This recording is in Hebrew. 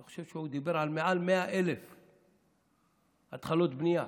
אני חושב שהוא דיבר על מעל 100,000 התחלות בנייה,